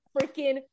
freaking